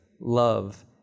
love